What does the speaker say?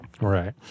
Right